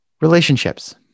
relationships